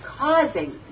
causing